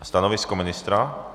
Stanovisko ministra.